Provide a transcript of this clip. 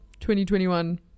2021